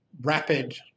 rapid